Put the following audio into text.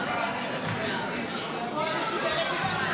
תודה לשר דיכטר על הערנות.